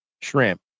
shrimp